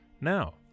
Now